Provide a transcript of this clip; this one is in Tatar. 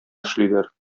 эшлиләр